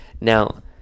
Now